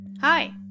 Hi